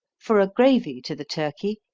for a gravy to the turkey,